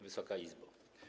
Wysoka Izbo!